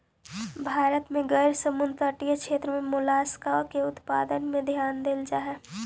भारत में गैर समुद्र तटीय क्षेत्र में मोलस्का के उत्पादन में ध्यान देल जा हई